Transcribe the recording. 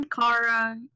Kara